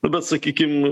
na bet sakykim